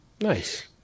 Nice